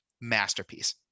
Masterpiece